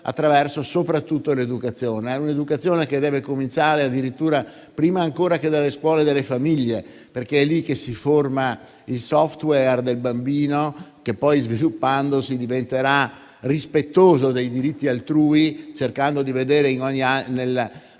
attraverso l'educazione. È un'educazione che deve cominciare addirittura, prima ancora che dalle scuole, dalle famiglie, perché è lì che si forma il *software* del bambino che poi, sviluppandosi, diventerà rispettoso dei diritti altrui, cercando di vedere